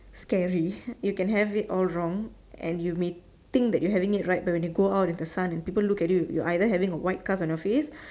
scary you can have it all wrong and you may think that you are having it right but when you go out with the sun and people look at you with your eye there having a white scar on your face